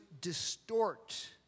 distort